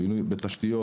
בינוי ותשתיות,